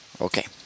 Okay